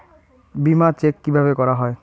বিমা চেক কিভাবে করা হয়?